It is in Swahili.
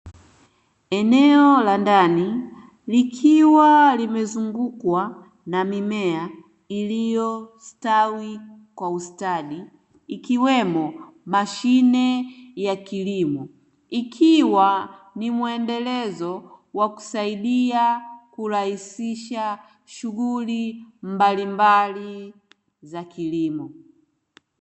Eneo la ndani likiwa limezungukwa na mimea iliyostawi kwa ustadi ikiwemo mashine ya kilimo, ikiwa ni mwendelezo wa kusaidia kurahisisha shughuli mbalimbali za kilimo.